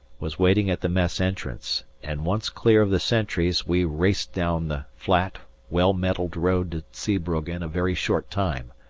was waiting at the mess entrance, and once clear of the sentries we raced down the flat, well-metalled road to zeebrugge in a very short time.